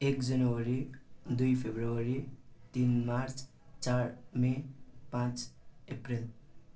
एक जनवरी दुई फरवरी तिन मार्च चार मे पाँच अप्रेल